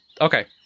Okay